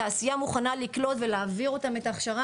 התעשייה מוכנה לקלוט ולהעביר אותם את ההכשרה